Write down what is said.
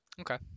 okay